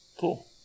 Cool